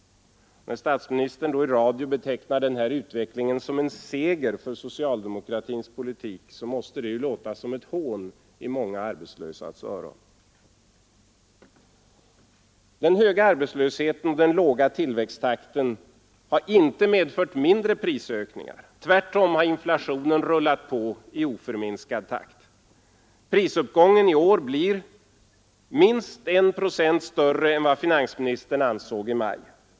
När statsministern då i radio betecknar den här utvecklingen som en ”seger” för socialdemokratins politik, så måste det ju låta som ett hån i många arbetslösas öron. Det höga arbetslösheten och den låga tillväxttakten har inte medfört mindre prisökningar. Tvärtom har inflationen rullat på i oförminskad takt. Prisuppgången i år blir minst 1 procentenhet större än vad finansministern ansåg i maj.